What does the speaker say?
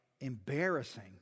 embarrassing